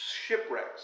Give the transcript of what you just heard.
shipwrecks